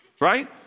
right